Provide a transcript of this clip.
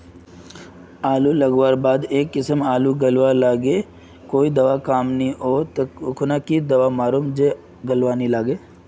आलू लगवार बात ए किसम गलवा लागे की कोई दावा कमेर नि ओ खुना की दावा मारूम जे गलवा ना लागे?